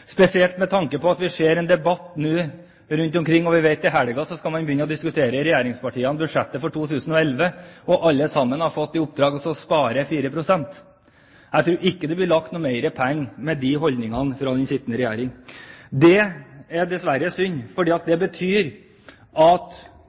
spesielt med tanke på at vi nå ser en debatt rundt omkring, samtidig som vi vet at til helgen skal regjeringspartiene begynne å diskutere budsjettet for 2011, og at alle sammen har fått i oppdrag å spare 4 pst. Jeg tror ikke det blir lagt inn mer penger med slike holdninger fra den sittende regjering. Det er synd, for det betyr at